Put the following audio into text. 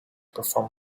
perform